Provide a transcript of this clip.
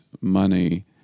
money